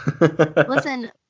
listen